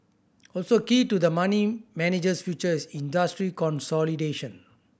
also key to the money manager's future is industry consolidation